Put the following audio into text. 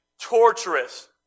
torturous